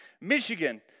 Michigan